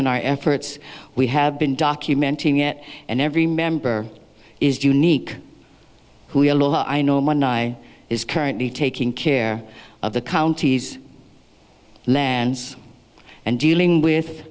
and our efforts we have been documenting it and every member is unique who i know man i is currently taking care of the county's lands and dealing with